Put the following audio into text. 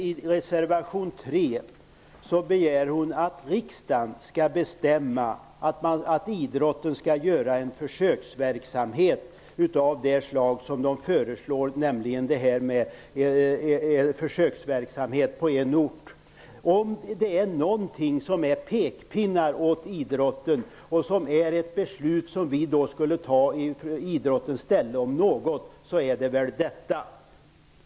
I reservation 3 begär hon att riksdagen skall bestämma att idrotten skall bedriva en försöksverksamhet av det slag som föreslås, nämligen försöksverksamhet på en ort. Om det är någonting som är pekpinnar åt idrotten och som är ett beslut som vi skulle fatta i idrottens ställe om något är det väl detta.